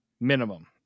minimum